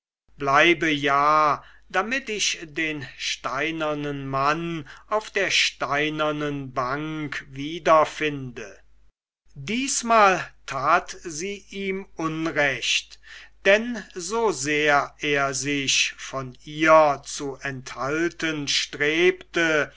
bleibe ja damit ich den steinernen mann auf der steinernen bank wiederfinde diesmal tat sie ihm unrecht denn so sehr er sich von ihr zu enthalten strebte